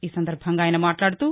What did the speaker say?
ఈసందర్బంగా ఆయన మాట్లాడుతూ